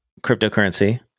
cryptocurrency